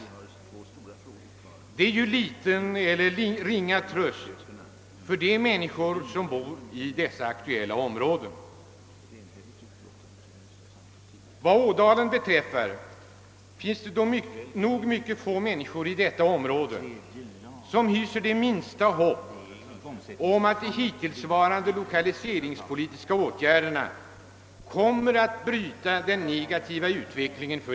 Men detta är ingen tröst för de människor som bor i de aktuella områdena. Vad Ådalen beträffar finns säkerligen mycket få människor i detta område som hyser det minsta hopp om att de hittillsvarande lokaliseringspolitiska åtgärderna kommer att bryta den negativa utvecklingen.